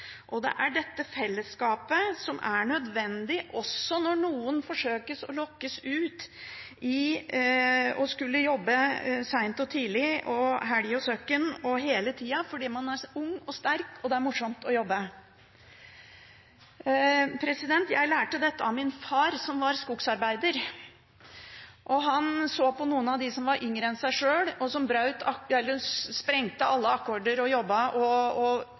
vi har i dette samfunnet, nemlig menneskene, og det er dette fellesskapet som er nødvendig også når noen forsøkes lokket ut i å skulle jobbe seint og tidlig og helg og søkn og hele tida fordi man er ung og sterk, og det er morsomt å jobbe. Jeg lærte dette av min far, som var skogsarbeider. Han så på noen av dem som var yngre enn seg sjøl, og som sprengte alle akkorder og jobbet og